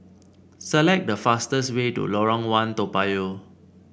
select the fastest way to Lorong One Toa Payoh